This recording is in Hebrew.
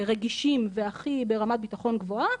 הכי רגישים וברמת הביטחון הכי גבוהה,